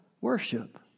worship